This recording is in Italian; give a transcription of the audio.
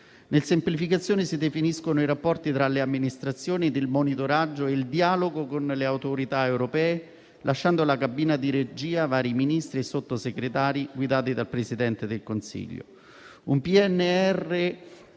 Nel provvedimento si definiscono i rapporti tra le amministrazioni e il monitoraggio e il dialogo con le autorità europee, lasciando la cabina di regia a vari Ministri e Sottosegretari guidati dal Presidente del Consiglio.